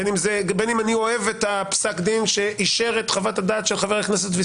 בין אם אני אוהב את פסק הדין שאישר את חוות הדעת של ד"ר